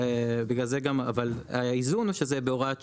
אבל בגלל זה גם, אבל האיזון שזה בהוראת שעה,